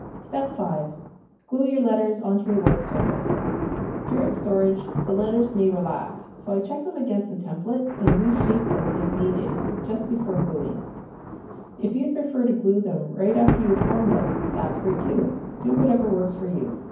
step five glue your letters onto your work surface during storage the letters may relax so i check them against the template and reshape them if needed just before gluing if you'd prefer to glue them right after you've formed them that's great too do whatever works for you